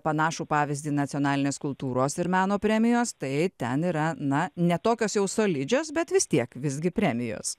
panašų pavyzdį nacionalinės kultūros ir meno premijos tai ten yra na ne tokios jau solidžios bet vis tiek visgi premijos